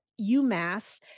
UMass